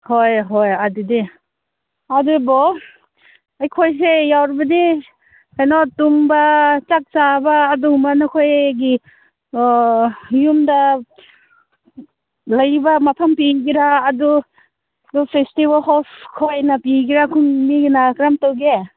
ꯍꯣꯏ ꯍꯣꯏ ꯑꯗꯨꯗꯤ ꯑꯗꯨꯕꯨ ꯑꯩꯈꯣꯏꯁꯦ ꯌꯧꯔꯕꯗꯤ ꯀꯩꯅꯣ ꯇꯨꯝꯕ ꯆꯥꯛ ꯆꯥꯕ ꯑꯗꯨꯒꯨꯝꯕ ꯅꯈꯣꯏꯒꯤ ꯌꯨꯝꯗ ꯂꯩꯕ ꯃꯐꯝ ꯄꯤꯒꯦꯔꯥ ꯑꯗꯨ ꯅꯣꯏ ꯐꯦꯁꯇꯤꯕꯦꯜ ꯍꯣꯁ ꯈꯣꯏꯅ ꯄꯤꯒꯦꯔꯥ ꯈꯨꯟꯒꯤ ꯃꯤꯅ ꯀꯔꯝ ꯇꯧꯒꯦ